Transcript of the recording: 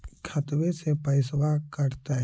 खतबे से पैसबा कटतय?